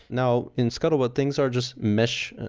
now, in scuttlebutt, things are just mesh,